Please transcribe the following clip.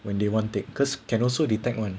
when they want take because can also detect one